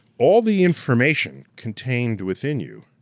all the information contained within you